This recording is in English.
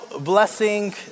blessing